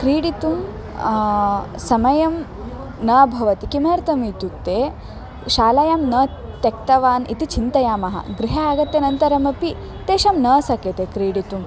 क्रीडितुं समयं न भवति किमर्थम् इत्युक्ते शालायां न त्यक्तवान् इति चिन्तयामः गृहे आगत्य नन्तरमपि तेषां न शक्यते क्रीडितुम्